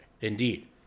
Indeed